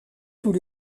tout